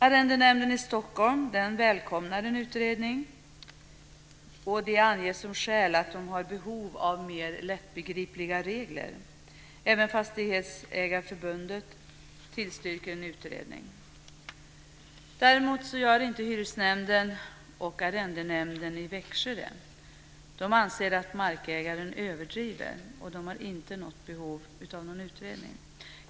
Arrendenämnden i Stockholm välkomnar en utredning och anger som skäl att man har behov av mer lättbegripliga regler. Även Fastighetsägarförbundet tillstyrker en utredning. Däremot gör inte hyresnämnden och Arrendenämnden i Växjö det. De anser att markägaren överdriver och de har inte något behov av någon utredning.